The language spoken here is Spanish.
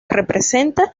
representa